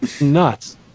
Nuts